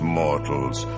mortals